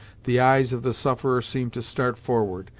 the eyes of the sufferer seemed to start forward,